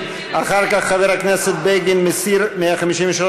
קבוצת סיעת מרצ וחברת הכנסת יעל גרמן לסעיף 4 לא נתקבלה.